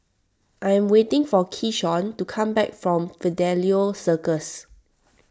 I am waiting for Keyshawn to come back from Fidelio Circus